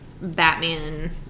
Batman